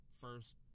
first